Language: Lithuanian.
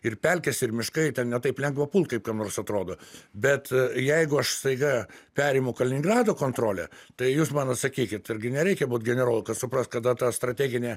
ir pelkės ir miškai ten ne taip lengva pult kaip kam nors atrodo bet jeigu aš staiga perimu kaliningrado kontrolę tai jūs man atsakykit argi nereikia būt generolu kad suprast kada ta strateginė